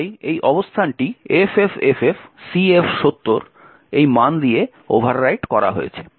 তাই এই অবস্থানটি FFFFCF70 মান দিয়ে ওভাররাইট করা হয়েছে